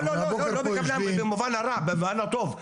לא, במובן הרע, במובן הטוב.